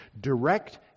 Direct